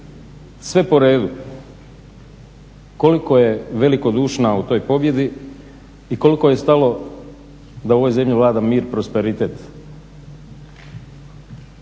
sve po redu, koliko je velikodušna u toj pobjedi i koliko je stalo da u ovoj zemlji vlada mir, prosperitet?